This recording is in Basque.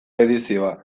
edizioa